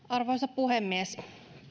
arvoisa puhemies